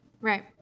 Right